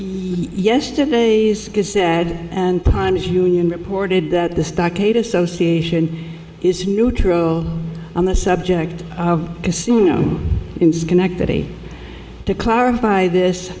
yesterday's sad and times union reported that the stockade association is neutral on the subject of assume in schenectady to clarify this